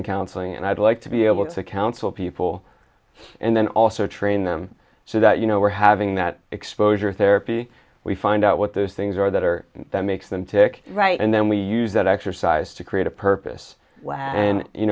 in counseling and i'd like to be able to counsel people and then also train them so that you know we're having that exposure therapy we find out what those things are that are that makes them tick right and then we use that exercise to create a purpose and you